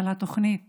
על התוכנית